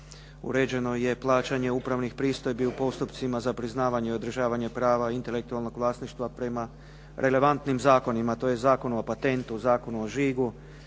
uređeno je plaćanje upravnih pristojbi u postupcima za priznavanje i održavanje prava intelektualnog vlasništva prema relevantnim zakonima, tj. Zakonu o patentu, Zakonu o žigu,